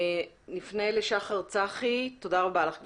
תודה רבה לך גברתי.